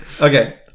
Okay